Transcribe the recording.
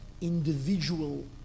individual